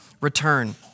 return